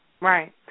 right